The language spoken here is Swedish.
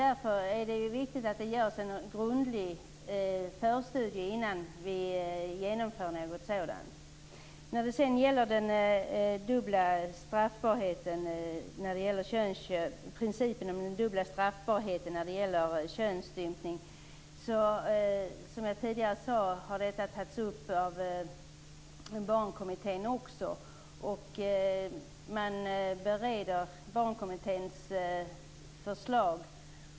Därför är det viktigt att det görs en grundlig förstudie innan vi genomför något sådant här. Det här med principen om den dubbla straffbarheten när det gäller könsstympning har, som jag tidigare sade, tagits upp av Barnkommittén. Man bereder Barnkommitténs förslag.